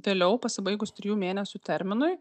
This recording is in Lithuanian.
vėliau pasibaigus trijų mėnesių terminui